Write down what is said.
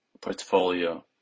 portfolio